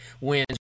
wins